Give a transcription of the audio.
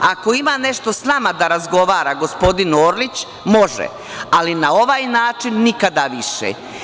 Ako ima nešto s nama da razgovara gospodin Orlić, može, ali na ovaj način nikada više.